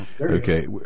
Okay